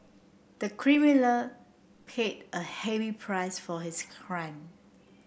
the criminal paid a heavy price for his crime